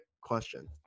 question